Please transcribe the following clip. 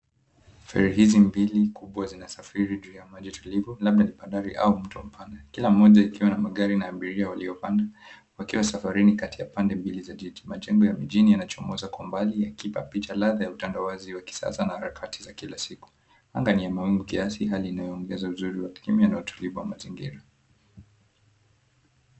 Feri hizi mbili kubwa zinasafiri juu ya maji tulivu labda ni bandari au mto mpane. Kila moja ikiwa magari na abiria waliopanda wakiwa safarini kati ya pande mbili za jiji. Majengo ya mijini yanachomoza kwa mbali yakiipa picha ladha ya utandawazi wa kisasa na harakati za kila siku. Anga ni ya mawingu kiasi hali inayoongeza uzuri wa kimya na utulivu wa mazingira.